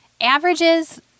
Averages